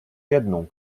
jedną